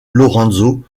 lorenzo